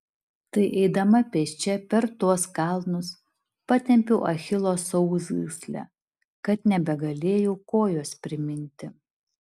tai eidama pėsčia per tuos kalnus patempiau achilo sausgyslę kad nebegalėjau kojos priminti